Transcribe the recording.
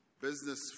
Business